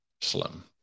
slim